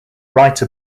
write